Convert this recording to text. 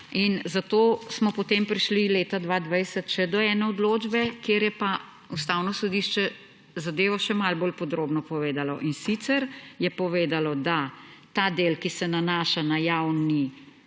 In zato smo potem prišli leta 2020 še do ene odločbe, kjer je pa Ustavno sodišče zadevo še malo bolj podrobno povedalo, in sicer je povedalo, da je ta del, ki se nanaša na